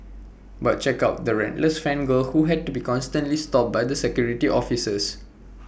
but check out the relentless fan girl who had to be constantly stopped by the security officers